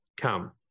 come